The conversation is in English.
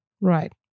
Right